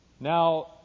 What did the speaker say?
Now